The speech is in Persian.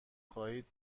خواهید